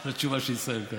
על התשובה של ישראל כץ.